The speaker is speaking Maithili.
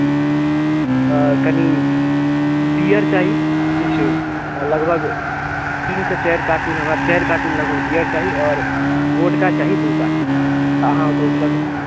कनि बीयर चाही किछु लगभग तीनसँ चारि कार्टून हमरा चारि कार्टून लगभग बीयर चाही आओर वोडका चाही दू कार्टून तऽ अहाँ ओतय उपलब्ध हैत